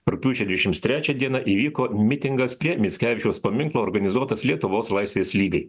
rugpjūčio dvidešimt trečią dieną įvyko mitingas prie mickevičiaus paminklo organizuotas lietuvos laisvės lygai